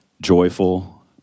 joyful